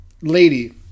lady